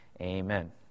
Amen